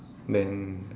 then